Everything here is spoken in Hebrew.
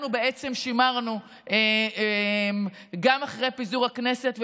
אנחנו בעצם שימרנו גם אחרי פיזור הכנסת.